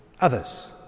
Others